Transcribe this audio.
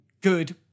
good